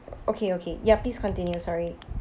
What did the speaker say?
okay okay ya please continue sorry